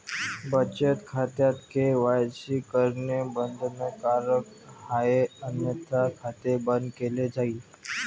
बचत खात्यात के.वाय.सी करणे बंधनकारक आहे अन्यथा खाते बंद केले जाईल